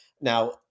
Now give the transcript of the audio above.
Now